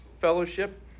fellowship